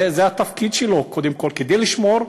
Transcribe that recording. זה התפקיד שלו, קודם כול, כדי לשמור.